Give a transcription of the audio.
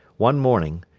one morning,